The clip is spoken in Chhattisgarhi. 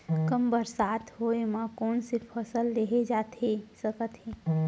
कम बरसात होए मा कौन से फसल लेहे जाथे सकत हे?